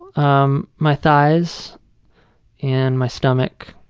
um my thighs and my stomach.